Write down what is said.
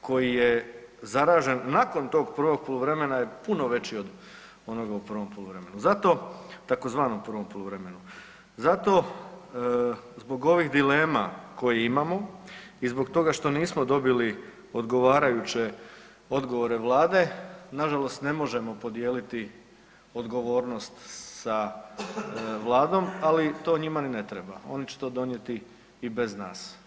koji je zaražen nakon tog prvog poluvremena je puno veći od onoga u prvom poluvremenu zato, tzv. prvom poluvremenu, zato zbog ovih dilema koje imamo i zbog toga što nismo dobili odgovarajuće odgovore Vlade nažalost ne možemo podijeliti odgovornost sa Vladom, ali to njima ni ne treba, oni će to donijeti i bez nas.